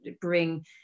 bring